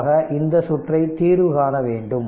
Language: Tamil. க்காக இந்த சுற்றை தீர்வு காண வேண்டும்